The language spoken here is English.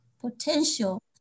potential